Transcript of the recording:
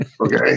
okay